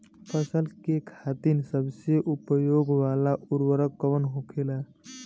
फसल के खातिन सबसे उपयोग वाला उर्वरक कवन होखेला?